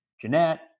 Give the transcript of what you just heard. Jeanette